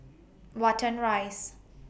Watten Rise